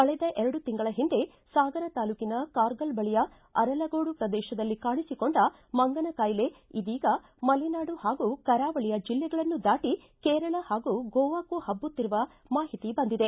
ಕಳೆದ ಎರಡು ತಿಂಗಳ ಹಿಂದೆ ಸಾಗರ ತಾಲ್ಲೂಕಿನ ಕಾರ್ಗಲ್ ಬಳಿಯ ಅರಲಗೋಡು ಪ್ರದೇಶದಲ್ಲಿ ಕಾಣಿಸಿಕೊಂಡ ಮಂಗನ ಕಾಯಿಲೆ ಇದೀಗ ಮಲೆನಾಡು ಹಾಗೂ ಕರಾವಳಿಯ ಜಿಲ್ಲೆಗಳನ್ನೂ ದಾಟಿ ಕೇರಳ ಹಾಗೂ ಗೋವಾಕೂ ಹಬ್ಲುತ್ತಿರುವ ಮಾಹಿತಿ ಬಂದಿದೆ